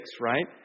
right